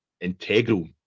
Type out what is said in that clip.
integral